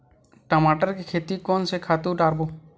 टमाटर के खेती कोन से खातु डारबो?